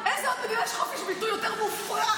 באיזו עוד מדינה יש חופש ביטוי יותר מופרע,